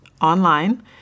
online